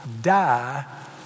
die